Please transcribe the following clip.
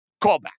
Callback